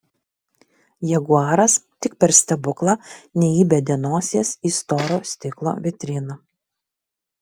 jaguaras tik per stebuklą neįbedė nosies į storo stiklo vitriną